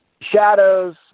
shadows